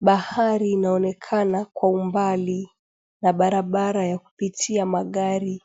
bahari inaonekana kwa umbali na barabara ya kupitia magari.